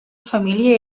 família